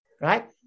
right